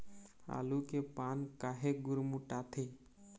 आलू के पान काहे गुरमुटाथे?